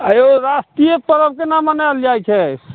आँइ यौ राष्ट्रीय पर्व केना मनायल जाइ छै